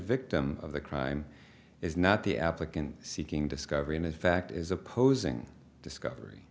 victim of the crime is not the applicant seeking discovery and in fact is opposing discovery